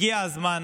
הגיע הזמן